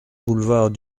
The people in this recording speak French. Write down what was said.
boulevard